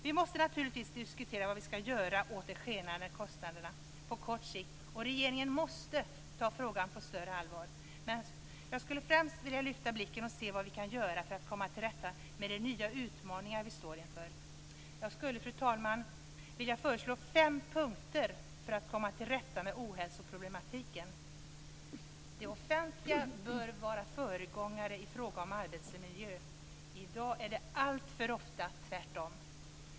Vi måste naturligtvis diskutera vad vi ska göra åt de skenande kostnaderna på kort sikt, och regeringen måste ta frågan på större allvar, men jag skulle främst vilja lyfta blicken och se vad vi kan göra för att komma till rätta med de nya utmaningar som vi står inför. Jag skulle, fru talman, vilja föreslå fem punkter för att komma till rätta med ohälsoproblematiken. Det offentliga bör vara föregångare i fråga om arbetsmiljö. I dag är det alltför ofta tvärtom.